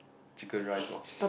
chicken rice orh